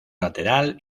lateral